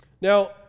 Now